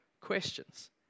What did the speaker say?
questions